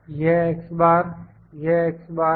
यह x बार हैं